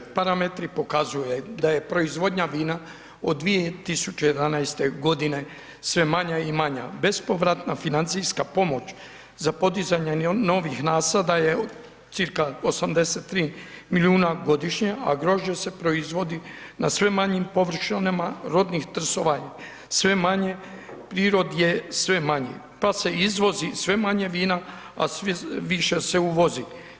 Parametri pokazuje da je proizvodnja vina od 2011. godine sve manja i manja, bespovratna financijska pomoć za podizanje novih nasada je cirka 83 milijuna godišnje, a grožđe se proizvodi na sve manjim površinama, rodnih trsova je sve manje, prirod je sve manji, pa se izvozi sve manje vina, a sve više se uvozi.